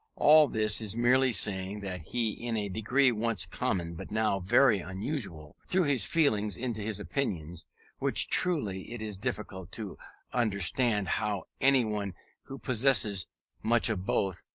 all this is merely saying that he, in a degree once common, but now very unusual, threw his feelings into his opinions which truly it is difficult to understand how anyone who possesses much of both,